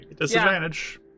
Disadvantage